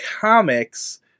comics